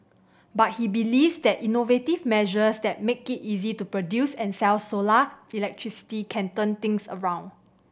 but he believes that innovative measures that make it easy to produce and sell solar electricity can turn things around